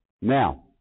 Now